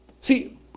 See